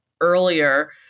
earlier